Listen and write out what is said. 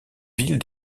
villes